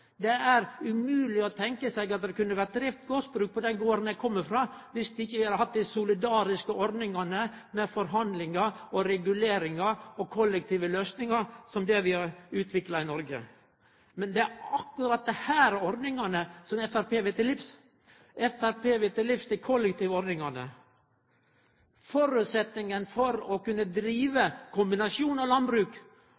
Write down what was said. det må vi ha reguleringar. Det er umogleg å tenkje seg at det kunne ha vore drive gardsbruk på den garden eg kjem frå, dersom vi ikkje hadde hatt dei solidariske ordningane med forhandlingar, reguleringar og kollektive løysingar som det vi har utvikla i Noreg. Men det er akkurat desse ordningane som Framstegspartiet vil til livs. Framstegspartiet vil til livs dei kollektive ordningane. Føresetnaden for å kunne drive